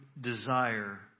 desire